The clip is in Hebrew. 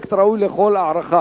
פרויקט ראוי לכל הערכה